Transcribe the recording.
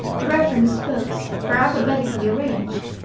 the reference books were alphabetically arranged.